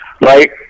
right